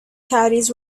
caddies